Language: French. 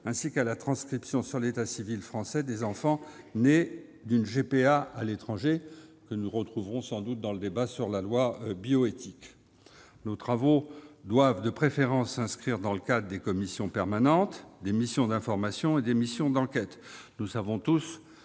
ainsi qu'à la transcription sur l'état civil français des enfants nés d'une GPA à l'étranger, que nous retrouverons sans doute dans le débat sur le projet de loi Bioéthique. Nos travaux doivent, de préférence, s'inscrire dans le cadre des commissions permanentes, des missions d'information et des commissions d'enquête. Nous savons tous